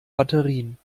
batterien